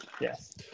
yes